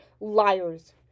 liars